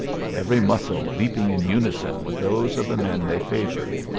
with every muscle leaping in unison with those of the man they favored,